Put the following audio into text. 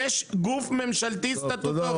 יש גוף ממשלתי סטטוטורי.